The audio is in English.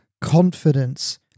confidence